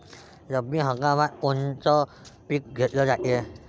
रब्बी हंगामात कोनचं पिक घेतलं जाते?